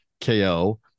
KO